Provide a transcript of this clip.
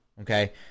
Okay